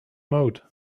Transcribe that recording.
mode